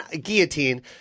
Guillotine